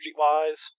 streetwise